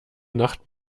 nacht